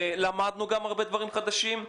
למדנו גם הרבה דברים חדשים.